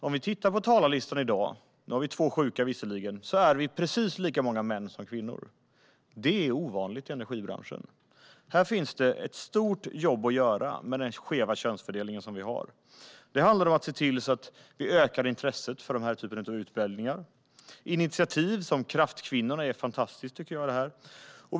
På dagens talarlista - nu är det visserligen två som är sjuka - är vi precis lika många män som kvinnor. Det är ovanligt i energibranschen. Här finns ett stort jobb att göra med den skeva könsfördelningen. Det handlar om att öka intresset för den här typen av utbildningar och arbeten bland kvinnor. Ett initiativ som Kraftkvinnorna tycker jag är fantastiskt.